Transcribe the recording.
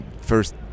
first